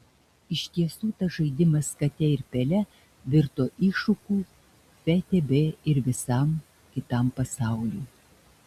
iš tiesų tas žaidimas kate ir pele virto iššūkiu ftb ir visam kitam pasauliui